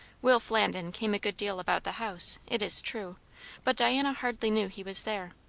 will flandin came a good deal about the house, it is true but diana hardly knew he was there.